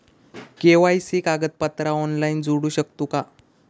KYC कागदपत्रा online जोडू शकतू का?